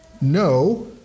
no